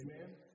Amen